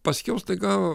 paskiau staiga